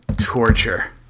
torture